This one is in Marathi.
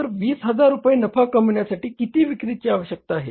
तर 20000 रुपये नफा कमविण्यासाठी किती विक्रीची आवश्यकता आहे